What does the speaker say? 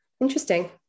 interesting